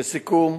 לסיכום,